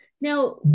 Now